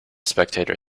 spectator